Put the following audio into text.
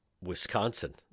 Wisconsin